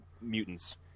mutants